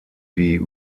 wie